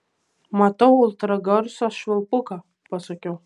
matau ultragarso švilpuką pasakiau